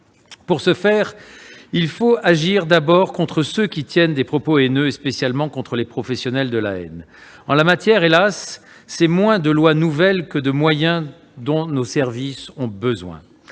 Pour ce faire, il faut agir d'abord contre ceux qui tiennent des propos haineux et spécialement contre les professionnels de la haine. En la matière, hélas, c'est moins de lois nouvelles que de moyens que nos services ont besoin.